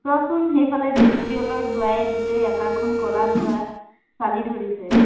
চোৱাচোন সেইফালে B C P এলৰ ধোঁৱাই গোটেই আকাশখন কলা ধোঁৱা চালি ধৰিছে